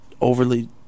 overly